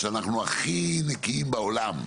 שאנחנו הכי נקיים בעולם.